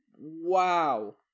Wow